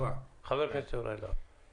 חבר הכנסת יוראי להב הרצנו, בבקשה.